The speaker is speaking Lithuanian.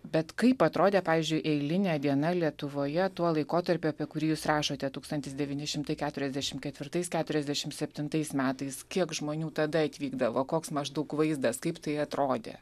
bet kaip atrodė pavyzdžiui eilinė diena lietuvoje tuo laikotarpiu apie kurį jūs rašote tūkstantis devyni šimtai keturiasdešimt ketvirtais keturiasdešimt septintais metais kiek žmonių tada atvykdavo koks maždaug vaizdas kaip tai atrodė